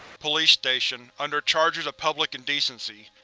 police station, under charges of public indecency.